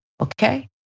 Okay